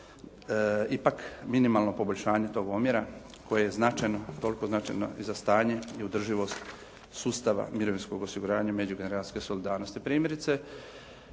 ipak minimalno poboljšanje toga omjera koje je značajno, toliko značajno i za stanje i održivost sustava mirovinskog osiguranja, međugeneracijske solidarnosti. Primjerice